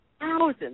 thousands